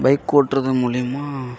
bike ஓட்டுறது மூலிமா